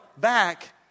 back